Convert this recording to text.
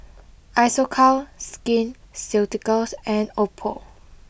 Isocal Skin Ceuticals and Oppo